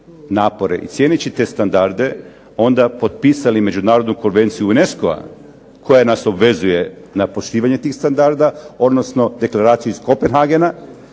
napore i cijeneći te standarde onda potpisali Međunarodnu konvenciju UNESCO-a koja nas obvezuje na poštivanje tih standarda, odnosno Deklaraciju iz Kopenhagena